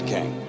King